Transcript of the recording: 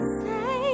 say